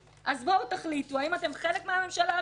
אז תחליטו האם אתם חלק מהממשלה או לא.